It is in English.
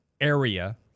area